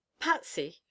Patsy